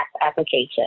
Application